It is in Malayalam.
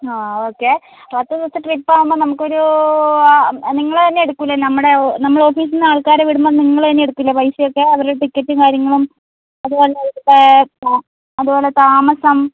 ആ ഓക്കേ പത്ത് ദിവസത്തെ ട്രിപ്പാകുമ്പോള് നമുക്കൊരു നിങ്ങള് തന്നെ എടുക്കില്ലേ നമ്മുടെ നമ്മുടെ ഓഫീസില് നിന്ന് ആൾക്കാരെ വിടുമ്പോള് നിങ്ങള് തന്നെ എടുക്കില്ലേ പൈസയൊക്കെ അവരുടെ ടിക്കറ്റും കാര്യങ്ങളും അതുപോലെത്തന്നെ അതുപോലെ താമസം